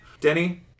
Denny